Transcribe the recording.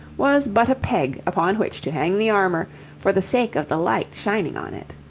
was but a peg upon which to hang the armour for the sake of the light shining on it.